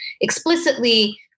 explicitly